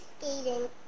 skating